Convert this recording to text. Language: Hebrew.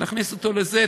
להכניס אותו לזה?